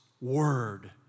word